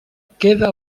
queda